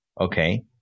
okay